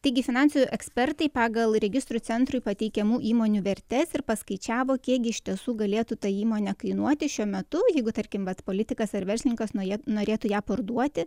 taigi finansų ekspertai pagal registrų centrui pateikiamų įmonių vertes ir paskaičiavo kiekgi iš tiesų galėtų ta įmonė kainuoti šiuo metu jeigu tarkim vat politikas ar verslininkas jie norėtų ją parduoti